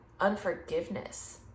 unforgiveness